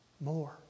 More